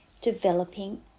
developing